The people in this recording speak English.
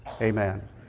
amen